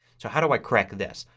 so how do i correct this.